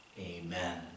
Amen